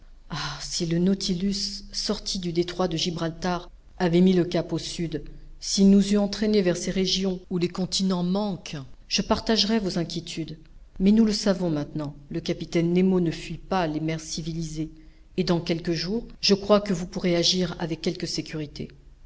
ah si le nautilus sorti du détroit de gibraltar avait mis le cap au sud s'il nous eût entraînés vers ces régions à les continents manquent je partagerais vos inquiétudes mais nous le savons maintenant le capitaine nemo ne fuit pas les mers civilisées et dans quelques jours je crois que vous pourrez agir avec quelque sécurité